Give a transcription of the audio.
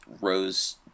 rose